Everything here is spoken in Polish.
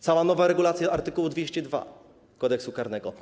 Cała nowa regulacja art. 202 Kodeksu karnego.